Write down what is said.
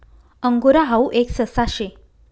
angora हाऊ एक ससा शे